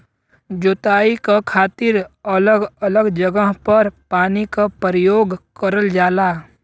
जोताई क खातिर अलग अलग जगह पर पानी क परयोग करल जाला